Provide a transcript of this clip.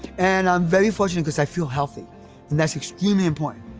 and i'm very fortunate cause i feel healthy and that's extremely important.